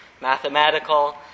mathematical